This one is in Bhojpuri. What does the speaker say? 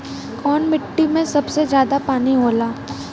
कौन मिट्टी मे सबसे ज्यादा पानी होला?